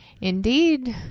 Indeed